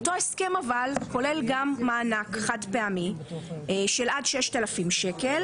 אבל אותו הסכם כולל גם את המענק החד פעמי של עד 6,000 ש"ח,